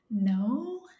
No